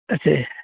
ਅੱਛਾ